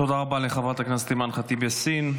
תודה רבה לחברת הכנסת אימאן ח'טיב יאסין.